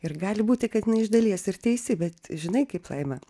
ir gali būti kad jinai iš dalies ir teisi bet žinai kaip laima